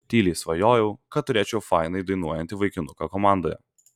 tyliai svajojau kad turėčiau fainai dainuojantį vaikinuką komandoje